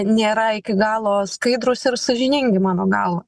nėra iki galo skaidrūs ir sąžiningi mano galva